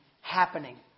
happening